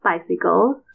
bicycles